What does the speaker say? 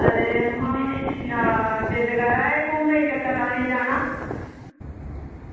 ते जिद्द करा दे हे घुम्मनै गी ते जिद्द करने गी जाना